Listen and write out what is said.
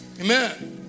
Amen